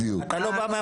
אתה לא בא מהמוניציפלית.